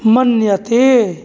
मन्यते